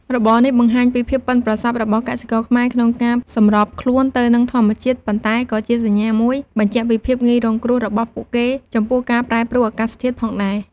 របរនេះបង្ហាញពីភាពប៉ិនប្រសប់របស់កសិករខ្មែរក្នុងការសម្របខ្លួនទៅនឹងធម្មជាតិ ប៉ុន្តែក៏ជាសញ្ញាមួយបញ្ជាក់ពីភាពងាយរងគ្រោះរបស់ពួកគេចំពោះការប្រែប្រួលអាកាសធាតុផងដែរ។